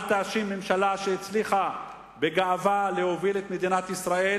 אל תאשים ממשלה שהצליחה בגאווה להוביל את מדינת ישראל